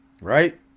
right